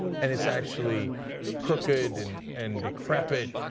and it's actually crooked and and decrepit,